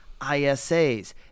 ISAs